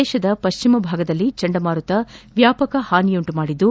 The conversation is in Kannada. ದೇಶದ ಪಶ್ಚಿಮ ಭಾಗದಲ್ಲಿ ಚಂಡಮಾರುತ ವ್ಯಾಪಕ ಹಾನಿಯುಂಟು ಮಾಡಿದ್ದು